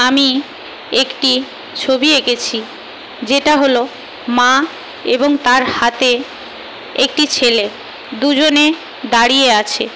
আমি একটি ছবি এঁকেছি যেটা হলো মা এবং তার হাতে একটি ছেলে দুজনে দাঁড়িয়ে আছে